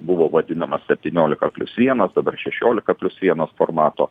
buvo vadinamas septyniolika plius vienas dabar šešiolika plius vienas formato